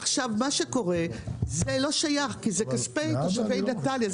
עכשיו מה שקורה זה לא שייך כי זה כספי תושבי נתניה,